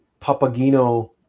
Papagino